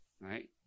Right